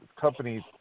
companies